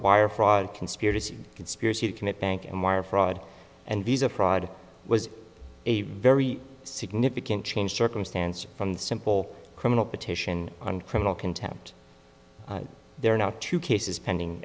wire fraud conspiracy conspiracy to commit bank and wire fraud and visa fraud was a very significant change circumstance from the simple criminal petition on criminal contempt they are now to cases pending